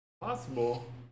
Possible